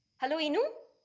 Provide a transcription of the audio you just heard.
hello enoo.